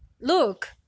Look